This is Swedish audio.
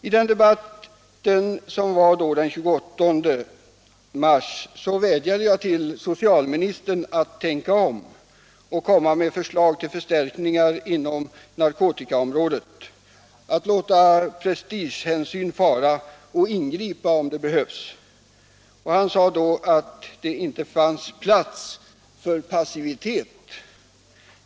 I debatten den 28 mars vädjade jag till socialministern att tänka om och komma med förslag till förstärkningar inom narkotikaområdet, att låta prestigehänsyn fara och ingripa om det behövs. Han sade då att det inte fanns plats för passivitet.